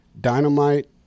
dynamite